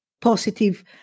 positive